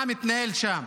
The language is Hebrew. מה מתנהל שם.